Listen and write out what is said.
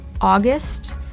August